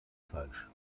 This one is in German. falsch